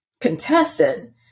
contested